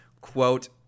quote